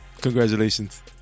Congratulations